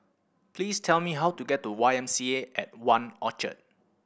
please tell me how to get to Y M C A at One Orchard